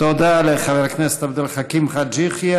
תודה לחבר הכנסת עבד אל חכים חאג' יחיא.